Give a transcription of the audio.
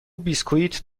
بیسکوییت